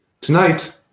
Tonight